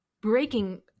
breaking